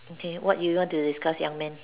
okay what you want to discuss young man